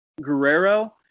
Guerrero